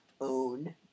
own